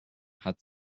hat